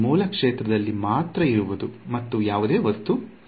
ಮೂಲ ಕ್ಷೇತ್ರದಲ್ಲಿ ಮಾತ್ರ ಇರುವುದು ಮತ್ತು ಯಾವುದೇ ವಸ್ತು ಇಲ್ಲ